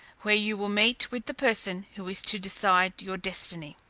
where you will meet with the person who is to decide your destiny.